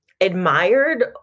admired